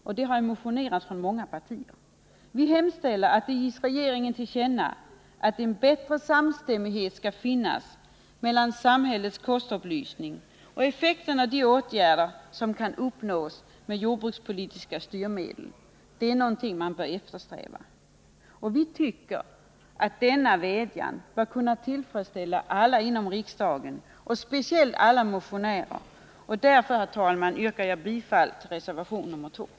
Vi hemställer att riksdagen ger regeringen till känna att en bättre samstämmighet mellan samhällets kostupplysning och effekten av de åtgärder som kan uppnås med jordbrukspolitiska styrmedel bör eftersträvas. Vi tycker att denna vädjan bör kunna tillfredsställa alla inom riksdagen, speciellt alla motionärer. Jag yrkar därför, herr talman, bifall till reservation nr 2.